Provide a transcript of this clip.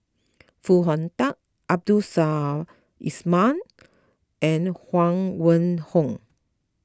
Foo Hong Tatt Abdul Samad Ismail and Huang Wenhong